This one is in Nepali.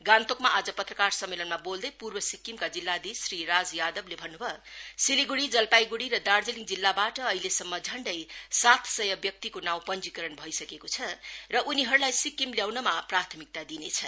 गान्तोकमा आज पत्रकार सम्मेलनमा बोल्दै पूर्व सिक्किमका जिल्लाधीस श्री राज यादवले भन्नु भयो सिलीगुडी जलपाईगुडी र दार्जीलिङ जिल्लाबाट अहिलेसम्म झण्डै सात सय व्यक्तिको नाउँ पंजीकरण भइसकेको छ र उनीहरूलाई सिक्किम ल्याउनमा प्राथमिकता दिइनेछ